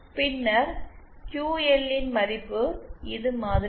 பின்னர் கியூஎல்ன்மதிப்பு இது மாதிரி வரும்